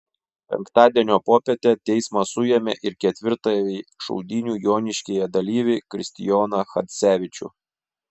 penktadienio popietę teismas suėmė ir ketvirtąjį šaudynių joniškyje dalyvį kristijoną chadzevičių